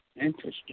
Interesting